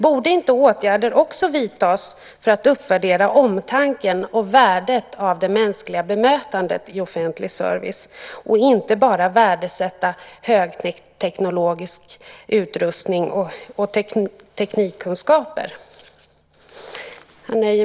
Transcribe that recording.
Borde man inte också vidta åtgärder för att uppvärdera omtanken och värdet av det mänskliga bemötandet i offentlig service och inte bara värdesätta högteknologisk utrustning och teknikkunskaper?